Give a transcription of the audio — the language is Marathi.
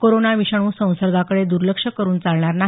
कोरोना विषाणू संसर्गाकडे दुर्लक्ष करून चालणार नाही